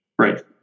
Right